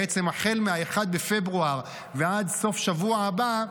בעצם החל מ-1 בפברואר ועד סוף השבוע הבא,